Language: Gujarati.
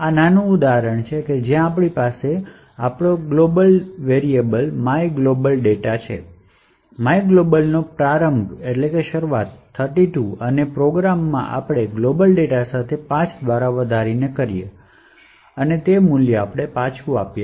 ચાલો આ નાનું ઉદાહરણ લઈએ જ્યાં આપણી પાસે મારો ગ્લોબલ ડેટા છે myglobનો પ્રારંભ 32 અને પ્રોગ્રામમાં આપણે ગ્લોબલ ડેટા સાથે 5 દ્વારા વધારીએ છીએ અને તે મૂલ્ય પાછા આપીએ છીએ